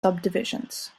subdivisions